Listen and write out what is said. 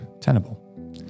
tenable